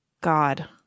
god